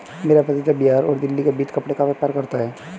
मेरा भतीजा बिहार और दिल्ली के बीच कपड़े का व्यापार करता है